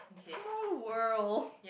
small world